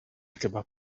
kebab